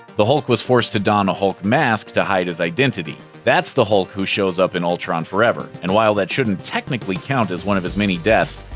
the hulk was forced to don a hulk mask to hide his identity. that's the hulk who shows up in ultron forever, and while that shouldn't technically count as one of his many deaths,